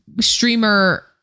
streamer